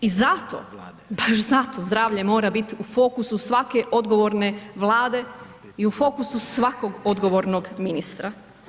I zato, baš zato zdravlje mora biti u fokusu svake odgovorne vlade i u fokusu svakog odgovornog ministra.